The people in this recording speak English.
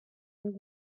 and